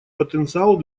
потенциал